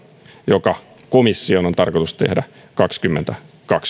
mikä komission on tarkoitus tehdä kaksituhattakaksikymmentä eli